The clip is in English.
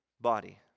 body